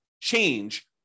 change